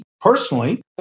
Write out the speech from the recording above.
personally